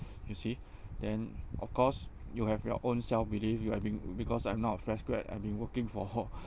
you see then of course you have your own self belief you I been because I'm not a fresh grad I've been working for whole